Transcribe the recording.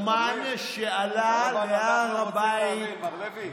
לא הבנתי, אתה בעד לעשות הילולות למחבלים?